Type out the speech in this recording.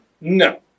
No